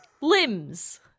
Limbs